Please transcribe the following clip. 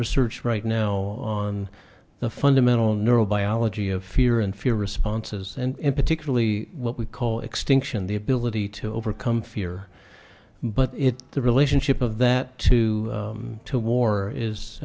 research right now on the fundamental neurobiology of fear and fear responses and particularly what we call extinction the ability to overcome fear but it the relationship of that two to war is